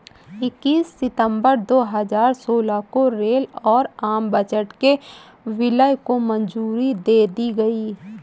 इक्कीस सितंबर दो हजार सोलह को रेल और आम बजट के विलय को मंजूरी दे दी गयी